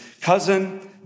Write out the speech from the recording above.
cousin